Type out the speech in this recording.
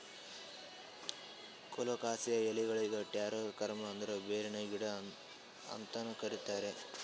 colocasia ಎಲಿಗೊಳಿಗ್ taro corm ಅಂದುರ್ ಬೇರಿನ ಗಿಡ ಅಂತನು ಕರಿತಾರ್